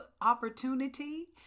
opportunity